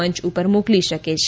મંચ ઉપર મોકલી શકે છે